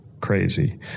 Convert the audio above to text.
crazy